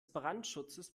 brandschutzes